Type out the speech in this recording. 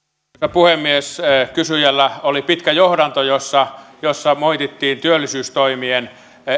puhemies kysyjällä oli pitkä johdanto jossa jossa moitittiin työllisyystoimien